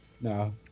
No